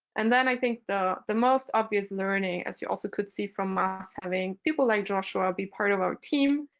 and then i think the the most obvious learning, as you also could see from us having people like joshua be part of our team,